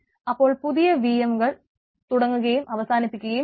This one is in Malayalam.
അപ്പോൾ പുതിയ V M കൾ തുടങ്ങുകയും അവസാനിപ്പിക്കുകയും ചെയ്യും